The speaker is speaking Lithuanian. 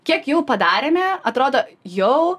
kiek jau padarėme atrodo jau